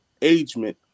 agement